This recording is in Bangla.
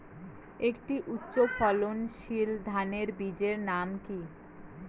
একটি উচ্চ ফলনশীল ধানের বীজের নাম কী?